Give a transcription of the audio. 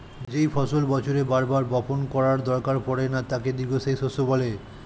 যেই ফসল বছরে বার বার বপণ করার দরকার পড়ে না তাকে দীর্ঘস্থায়ী শস্য বলে